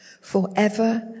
forever